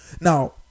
now